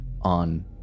on